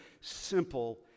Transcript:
simple